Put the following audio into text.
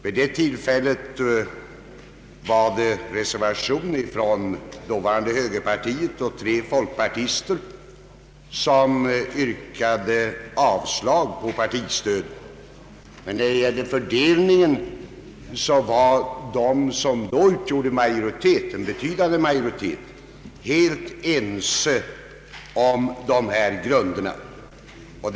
Vid tillfället hade avgivits reservation av representanter för det dåvarande högerpartiet och tre folkpartister som yrkade avslag på förslaget om partistöd. Men de som då utgjorde en betydande majoritet var helt ense om de fördelningsregler som jag här angett.